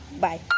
bye